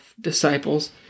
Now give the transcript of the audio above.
disciples